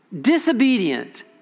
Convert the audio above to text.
disobedient